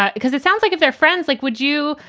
because it sounds like if they're friends, like, would you?